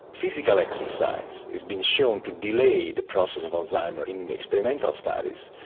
physical exercise has been shown to delay the process of alzheimer's in experimental studies.